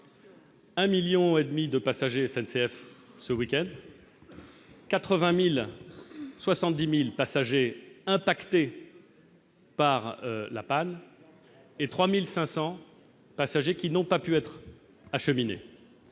et demi de passagers SNCF ce week-end 80000 70000 passagers impactés par la panne et 3500 passagers qui n'ont pas pu être acheminés